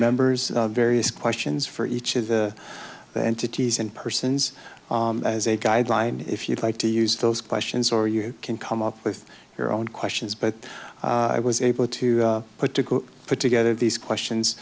members various questions for each of the entities and persons as a guideline if you'd like to use those questions or you can come up with your own questions but i was able to put to put together these questions